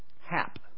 hap